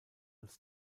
als